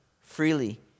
freely